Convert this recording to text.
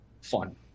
fun